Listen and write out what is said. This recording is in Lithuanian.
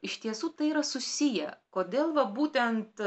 iš tiesų tai yra susiję kodėl va būtent